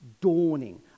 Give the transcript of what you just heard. dawning